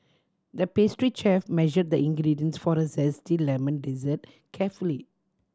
the pastry chef measured the ingredients for a zesty lemon dessert carefully